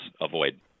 avoid